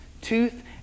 tooth